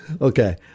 Okay